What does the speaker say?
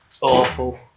Awful